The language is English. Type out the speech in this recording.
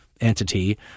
entity